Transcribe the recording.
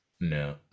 no